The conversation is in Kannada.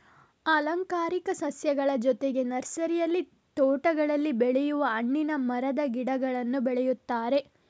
ಅಲಂಕಾರಿಕ ಸಸ್ಯಗಳ ಜೊತೆಗೆ ನರ್ಸರಿಯಲ್ಲಿ ತೋಟಗಳಲ್ಲಿ ಬೆಳೆಯುವ ಹಣ್ಣಿನ ಮರದ ಗಿಡಗಳನ್ನೂ ಬೆಳೆಯುತ್ತಾರೆ